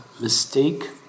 mistake